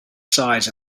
size